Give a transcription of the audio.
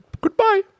Goodbye